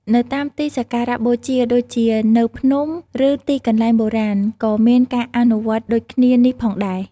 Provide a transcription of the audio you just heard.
នៅតាមទីសក្ការៈបូជាដូចជានៅភ្នំ ឬទីកន្លែងបុរាណក៏មានការអនុវត្តដូចគ្នានេះផងដែរ។